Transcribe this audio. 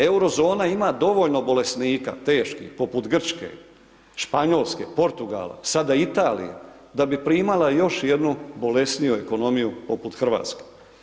Euro zona ima dovoljno bolesnika, teških, poput Grčke, Španjolske, Portugala, sada Italije, da bi primala još jednu bolesniju ekonomiju poput Hrvatske.